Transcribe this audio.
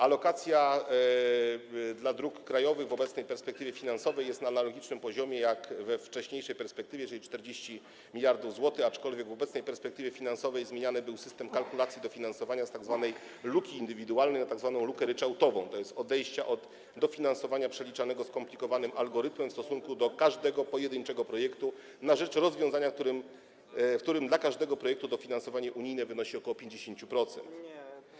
Alokacja dla dróg krajowych w obecnej perspektywie finansowej jest na analogicznym poziomie jak we wcześniejszej perspektywie, czyli 40 mld zł, aczkolwiek w obecnej perspektywie finansowej zmieniany był system kalkulacji dofinansowania z tzw. luki indywidualnej na tzw. lukę ryczałtową, tj. odejście od dofinansowania przeliczanego skomplikowanym algorytmem w stosunku do każdego pojedynczego projektu na rzecz rozwiązania, w którym dla każdego projektu dofinansowanie unijne wynosi ok. 50%.